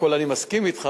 לא בכול אני מסכים אתך,